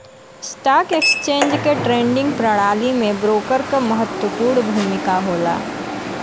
stock exchange के trading प्रणाली में ब्रोकर क महत्वपूर्ण भूमिका होला